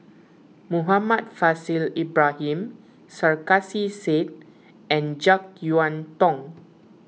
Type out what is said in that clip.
Muhammad Faishal Ibrahim Sarkasi Said and an Jek Yeun Thong